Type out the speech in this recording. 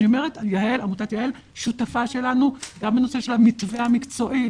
ועמותת יה"ל שותפה שלנו גם בנושא של המתווה המקצועי,